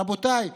רבותיי,